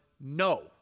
no